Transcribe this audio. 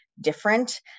different